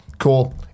cool